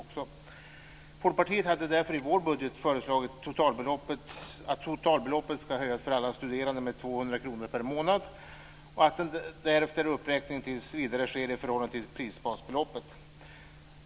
Vi i Folkpartiet hade därför i vår budget föreslagit att totalbeloppet ska höjas för alla studerande med 200 kr per månad. Därefter ska en uppräkning tills vidare ske i förhållande till prisbasbeloppet.